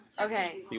Okay